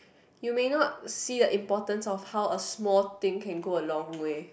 you may not see the importance of how a small thing can go a long way